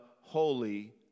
holy